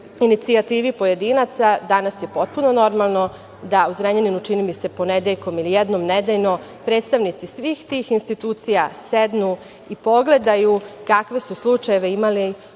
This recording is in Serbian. inicijativi pojedinaca danas je potpuno normalno da u Zrenjaninu, čini mi se, ponedeljkom ili jednom nedeljno predstavnici svih tih institucija sednu i pogledaju kakve su slučajeve imali u